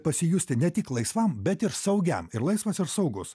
pasijusti ne tik laisvam bet ir saugiam ir laisvas ir saugus